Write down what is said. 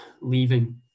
leaving